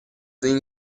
این